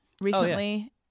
recently